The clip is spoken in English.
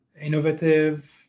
innovative